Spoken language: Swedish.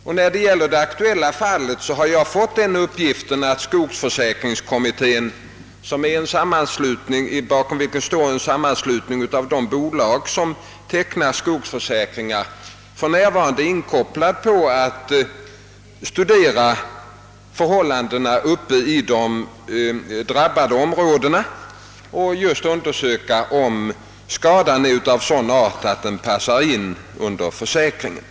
Och när det gäller det aktuella fallet har jag fått den uppfattningen att skogsförsäkringskommittén, bakom vilken står en sammanslutning av de bolag som tecknar skogsförsäkring, för närvarande studerar förhållandena uppe i de drabbade områdena och just undersöker om skadan är av sådan art att den passar in under försäkringen.